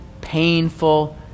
painful